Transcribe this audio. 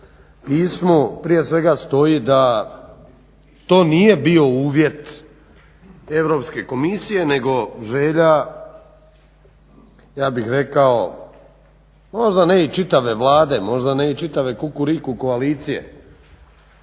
pismu prije svega stoji da to nije bio uvjet Europske komisije nego želja ja bih rekao možda ne i čitave Vlade možda ne i čitave Kukuriku koalicije